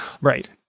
Right